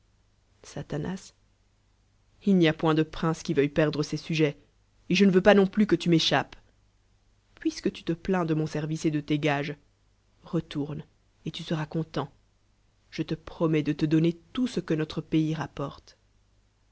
il n'y a point de prince qui veuille perdre ees sujets et je ne feux pas non'plus que tu l'échappes puisque tu te plains de mon service et de tes gages retourne et tu sera content je te promets de te donner tout ce que notre pays rapporte